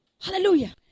Hallelujah